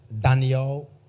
Daniel